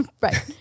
right